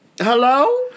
hello